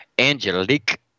Angelique